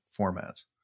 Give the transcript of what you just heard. formats